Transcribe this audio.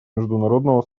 международного